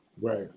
Right